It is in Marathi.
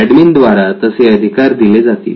एडमिन द्वारा तसे अधिकार दिले जातील